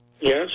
Yes